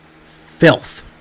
filth